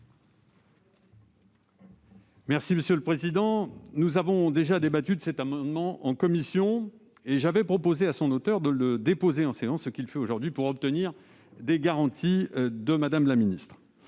de la commission ? Nous avons débattu de cet amendement en commission et j'avais proposé à son auteur de le déposer en séance, ce qu'il fait aujourd'hui, afin d'obtenir des garanties de Mme la ministre.